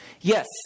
yes